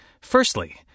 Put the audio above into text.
Firstly